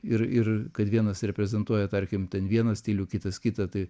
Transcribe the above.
ir ir kad vienas reprezentuoja tarkim ten vieną stilių kitas kitą tai